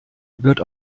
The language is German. wird